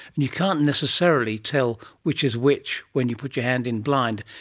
and you can't necessarily tell which is which when you put your hand in blind,